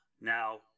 Now